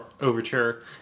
overture